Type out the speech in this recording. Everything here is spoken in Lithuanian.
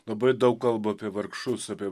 labai daug kalba apie vargšus apie